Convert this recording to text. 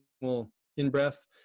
in-breath